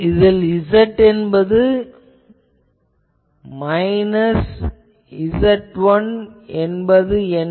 இதில் Z minus Z1 என்பது என்ன